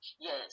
Yes